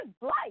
life